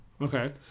Okay